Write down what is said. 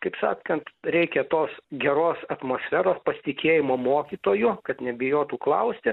taip sakant reikia tos geros atmosferos pasitikėjimo mokytoju kad nebijotų klausti